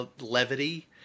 levity